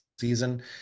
season